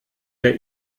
der